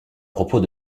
propos